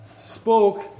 spoke